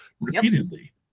repeatedly